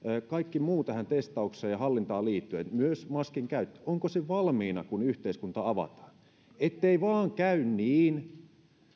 kaikki muu tähän testaukseen ja hallintaan liittyen myös maskin käyttö ovatko ne valmiina kun yhteiskunta avataan ettei vaan käy niin